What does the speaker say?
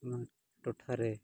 ᱚᱱᱟ ᱴᱚᱴᱷᱟᱨᱮ